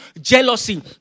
jealousy